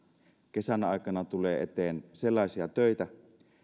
kesän aikana tulee eteen sellaisia töitä